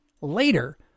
later